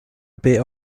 bith